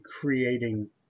creating